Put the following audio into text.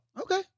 Okay